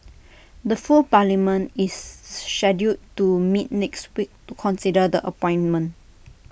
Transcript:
the full parliament is scheduled to meet next week to consider the appointment